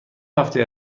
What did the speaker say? هفته